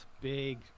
big